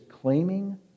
claiming